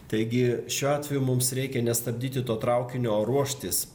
taigi šiuo atveju mums reikia nestabdyti to traukinio o ruoštis